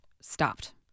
stopped